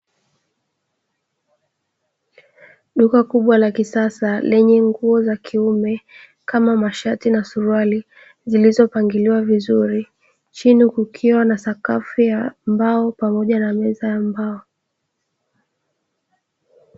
Duka kubwa la kisasa lenye nguo za kiume kama mashati na suruali, zilizopangiliwa vizuri. Chini kukiwa na sakafu ya mbao pamoja na meza ya mbao.